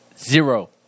Zero